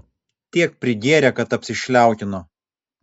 tiek prigėrė kad apsišliaukino